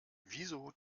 wieso